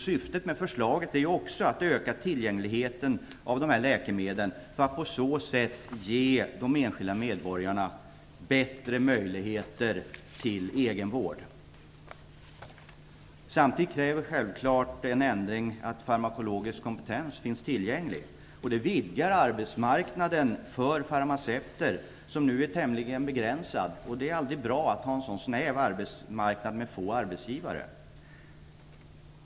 Syftet med förslaget är också att öka tillgängligheten till dessa läkemedel för att på så sätt ge de enskilda medborgarna bättre möjligheter till egenvård. Samtidigt kräver självklart en ändring att farmakologisk kompetens finns tillgänglig. Det vidgar arbetsmarknaden för farmaceuter, som nu är tämligen begränsad. Det är aldrig bra att ha en så snäv arbetsmarknad med få arbetsgivare.